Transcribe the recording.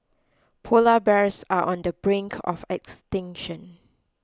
Polar Bears are on the brink of extinction